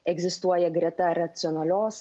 egzistuoja greta racionalios